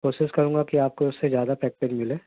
کوشش کروں گا کہ آپ کو اس سے زیادہ پیکیج ملے